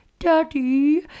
Daddy